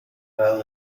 grado